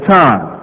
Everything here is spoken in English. time